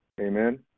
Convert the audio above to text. Amen